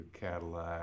Cadillac